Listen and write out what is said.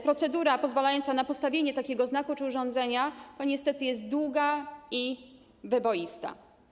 Procedura pozwalająca na postawienie takiego znaku czy urządzenia niestety jest długa i wyboista.